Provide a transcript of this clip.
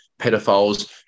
pedophiles